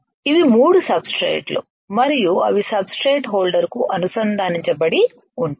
ఇవి మూడు సబ్స్ట్రేట్ లు మరియు అవి సబ్స్ట్రేట్ హోల్డర్కు అనుసంధానించబడి ఉంటాయి